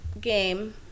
game